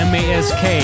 Mask